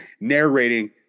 narrating